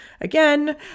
again